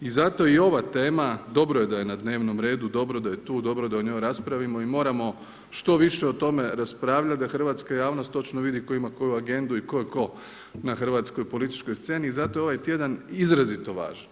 I zato i ova tema, dobro je da je na dnevnom redu, dobro da je tu, dobro da o njoj raspravimo i moramo što više o tome raspravljati da hrvatska javnost točno vidi tko ima koju agendu i tko je tko na hrvatskoj političkoj sceni i zato je ovaj tjedan izrazito važan.